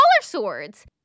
swords